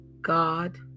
God